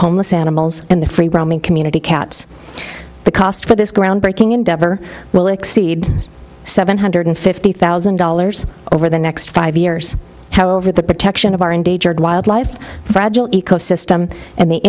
homeless animals in the free roaming community caps the cost for this groundbreaking endeavor will exceed seven hundred fifty thousand dollars over the next five years however the protection of our endangered wildlife fragile ecosystem and the